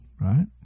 right